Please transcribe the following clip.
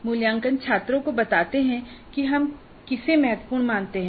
मूल्यांकन छात्रों को बताते हैं कि हम किसे महत्वपूर्ण मानते हैं